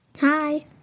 Hi